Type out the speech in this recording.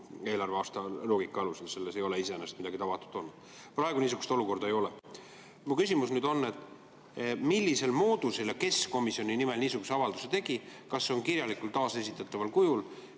eelarveaasta loogika alusel, selles ei ole iseenesest midagi tavatut. Praegu niisugust olukorda ei ole. Mu küsimus on: millisel moodusel ja kes komisjoni nimel niisuguse avalduse tegi ning kas see on kirjalikult taasesitataval kujul?